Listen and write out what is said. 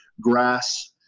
grass